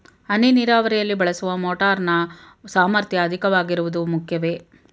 ಹನಿ ನೀರಾವರಿಯಲ್ಲಿ ಬಳಸುವ ಮೋಟಾರ್ ನ ಸಾಮರ್ಥ್ಯ ಅಧಿಕವಾಗಿರುವುದು ಮುಖ್ಯವೇ?